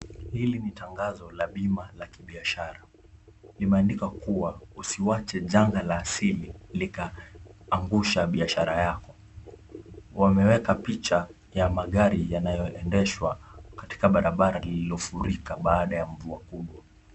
Hili ni tangazo la bima la kibiashara imeandikwa kuwa usiwache janga la asili likaangusha biashara yako wameeka picha ya magari yanayoendeshwa katika barabara lililofurika baada ya mvua kubwa.